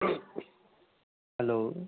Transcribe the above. hello